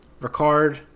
ricard